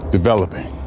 Developing